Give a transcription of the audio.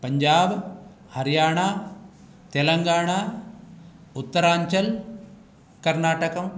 पञ्जाब् हर्याणा तेलङ्गाना उत्तराञ्चल् कर्णाटकम्